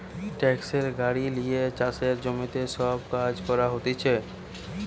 tractor গাড়ি লিয়ে চাষের জমিতে সব কাজ করা হতিছে